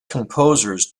composers